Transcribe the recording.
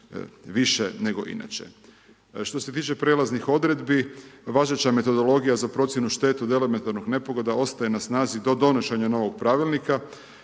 više nego inače. Što se tiče prijelaznih odredbi, važeća metodologija za procjenu šteta od elementarnih nepogoda ostaje na snazi do donošenja novog pravilnika